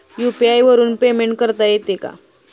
UPI वरून payment करता येते का?